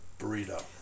burrito